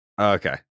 Okay